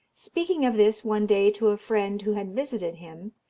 speaking of this, one day, to a friend who had visited him,